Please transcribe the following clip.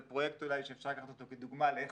זה פרויקט אולי שאפשר לקחת אותו כדוגמא לאיך